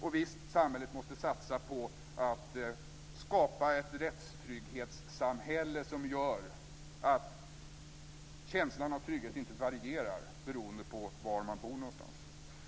Och visst: Vi måste satsa på att skapa ett rättstrygghetssamhälle som gör att känslan av trygghet inte varierar beroende på var någonstans man bor.